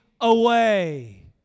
away